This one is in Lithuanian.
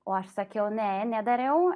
o aš sakiau ne nedariau